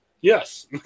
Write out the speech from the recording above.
Yes